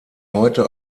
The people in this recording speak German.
heute